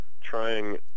trying